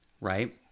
right